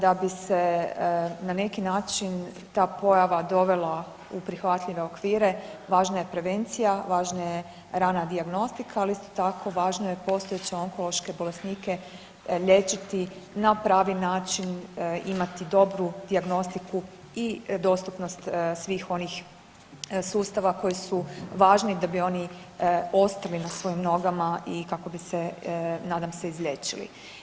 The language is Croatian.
Da bi se na neki način ta pojava dovela u prihvatljive okvire važna je prevencija, važna je rana dijagnostika, ali isto tako važno je postojeće onkološke bolesnike liječiti na pravi način imati dobru dijagnostiku i dostupnost svih onih sustava koji su važni da bi oni ostali na svojim nogama i kako bi se nadam se izliječili.